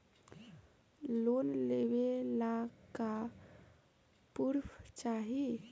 Loan लेवे ला का पुर्फ चाही?